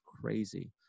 crazy